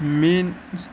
میٛٲنۍ